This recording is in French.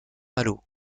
malo